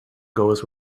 goes